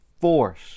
force